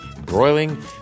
broiling